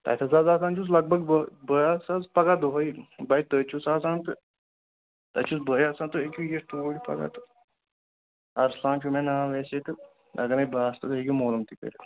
تَتٮ۪تھ حظ آسان چھُس لگ بگ بہٕ پگاہ دۄہَے بَے تٔتھۍ چھُس آسان تہٕ تتہِ چھُس بٕے آسان تُہۍ ہیٚکِو یِتھ توٗرۍ پگاہ تہٕ ارسلان چھُ مےٚ ناو ویسے تہٕ اگر نَے بہٕ آسہٕ تہٕ تُہۍ ہیٚکِو مولوٗم تہِ کٔرِتھ